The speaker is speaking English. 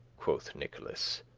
quoth nicholas